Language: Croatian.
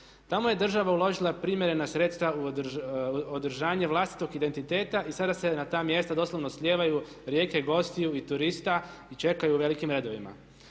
Tamo je država uložila primjerena sredstva u održanje vlastitog identiteta i sada se na ta mjesta doslovno slijevaju rijeke gostiju i turista i čekaju u velikim redovima.